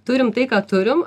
turim tai ką turim